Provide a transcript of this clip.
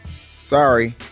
sorry